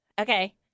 okay